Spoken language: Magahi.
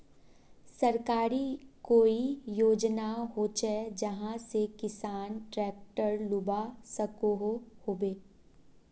सरकारी कोई योजना होचे जहा से किसान ट्रैक्टर लुबा सकोहो होबे?